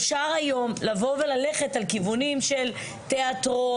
אפשר היום לבוא וללכת על כיוונים של תיאטרון,